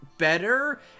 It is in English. better